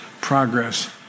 progress